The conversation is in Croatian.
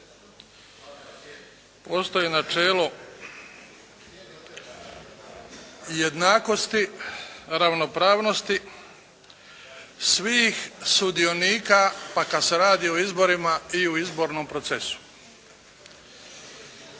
postoji načelo jednakosti, ravnopravnosti svih sudionika pa kad se radi o izborima i u izbornom procesu.